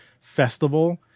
festival